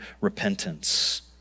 repentance